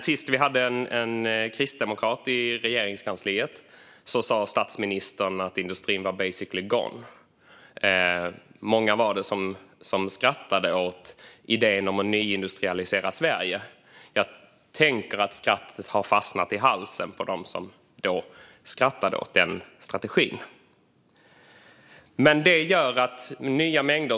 Sist vi hade en kristdemokrat i Regeringskansliet sa statsministern att industrin var "basically gone", och det var många som skrattade åt idén om att nyindustrialisera Sverige. Men jag tänker att skrattet har fastnat i halsen på dem som skrattade åt den strategin då.